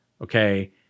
okay